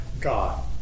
God